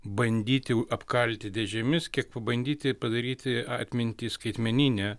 bandyti apkalti dėžėmis kiek pabandyti padaryti atmintį skaitmeninę